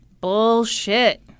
Bullshit